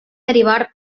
derivar